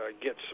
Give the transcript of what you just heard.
get